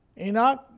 Enoch